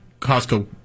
Costco